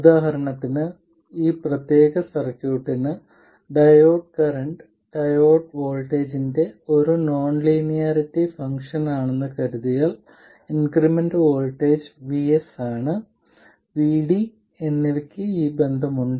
ഉദാഹരണത്തിന് ഈ പ്രത്യേക സർക്യൂട്ടിന് ഡയോഡ് കറന്റ് ഡയോഡ് വോൾട്ടേജിന്റെ ഒരു നോൺ ലീനിയറിറ്റി ഫംഗ്ഷൻ ആണെന്ന് കരുതിയാൽ ഇൻക്രിമെന്റൽ വോൾട്ടേജ് VS ആണ് VD എന്നിവയ്ക്ക് ഈ ബന്ധമുണ്ട്